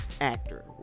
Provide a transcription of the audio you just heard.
actor